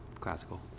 classical